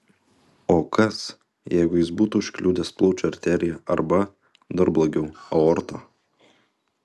o kas jeigu jis būtų užkliudęs plaučių arteriją arba dar blogiau aortą